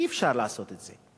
אי-אפשר לעשות את זה.